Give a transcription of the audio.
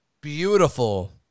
beautiful